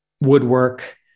woodwork